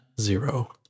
Zero